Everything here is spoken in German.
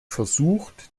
versucht